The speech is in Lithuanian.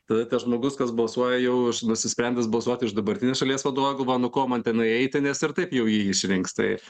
tada tas žmogus kas balsuoja jau nusisprendęs balsuoti už dabartinį šalies vadovą galvoja nu ko man ten nueiti nes ir taip jau jį išrinks tai